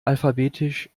alphabetisch